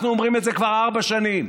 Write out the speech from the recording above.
אנחנו אומרים את זה כבר ארבע שנים,